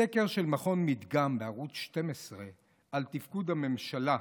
סקר של מכון מדגם בערוץ 12 על תפקוד הממשלה: